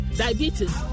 diabetes